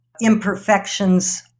imperfections